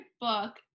book